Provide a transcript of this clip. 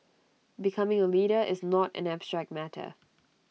becoming A leader is not an abstract matter